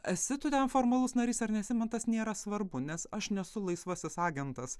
esi tu ten formalus narys ar nesi man tas nėra svarbu nes aš nesu laisvasis agentas